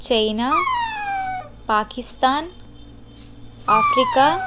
China Pakistan Africa